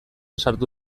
sartu